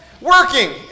Working